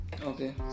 okay